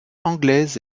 anglaise